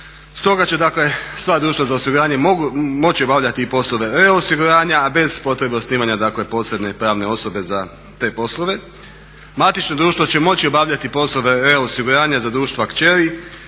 Stoga će dakle sva društva za osiguranje moći obavljati i poslove reosiguranja a bez potrebe osnivanja posebne pravne osobe za te poslove. Matično društvo će moći obavljati poslove reosiguranja za društva kćeri